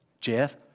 Jeff